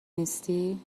نیستی